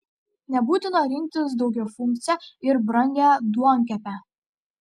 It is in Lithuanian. nebūtina rinktis daugiafunkcę ir brangią duonkepę